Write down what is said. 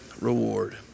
reward